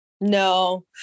No